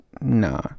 Nah